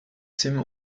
sieben